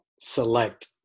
select